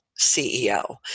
CEO